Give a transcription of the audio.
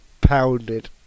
pounded